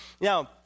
Now